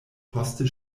poste